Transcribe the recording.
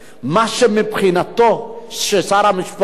מה שמבחינתו של שר המשפטים,